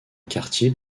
quartier